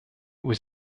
was